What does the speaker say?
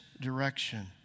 direction